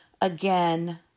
again